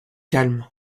calme